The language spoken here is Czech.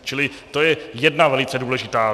Čili to je jedna velice důležitá věc.